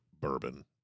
bourbon